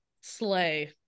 slay